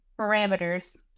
parameters